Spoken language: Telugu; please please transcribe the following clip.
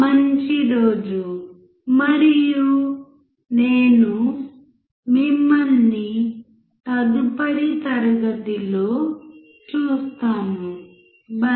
మంచి రోజు మరియు నేను మిమ్మల్ని తదుపరి తరగతిలో చూస్తాను బై